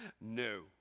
No